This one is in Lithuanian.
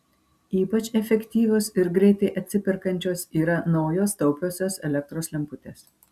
ypač efektyvios ir greitai atsiperkančios yra naujos taupiosios elektros lemputės